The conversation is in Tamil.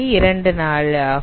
24 ஆகும்